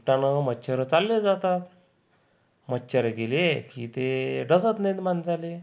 धुपटानं मच्छर चालले जातात मच्छरं गेले की ते डसत नाहीत माणसाले